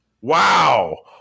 Wow